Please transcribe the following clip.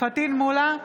פטין מולא,